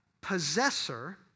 Possessor